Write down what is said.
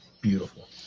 beautiful